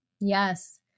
Yes